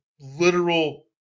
literal